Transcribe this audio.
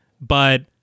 But-